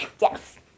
Yes